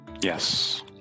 yes